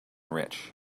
rich